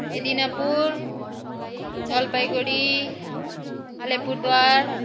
Medinipur Jalpaiguri Alipurduar